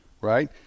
right